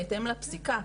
בהתאם לפסיקה.